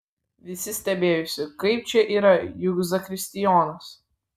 visi stebėjosi kaip čia yra juk zakristijonas